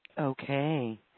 Okay